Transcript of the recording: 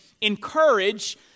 encourage